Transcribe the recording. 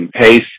pace